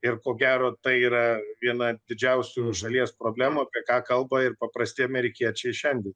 ir ko gero tai yra viena didžiausių šalies problemų apie ką kalba ir paprasti amerikiečiai šiandien